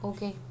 Okay